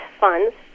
funds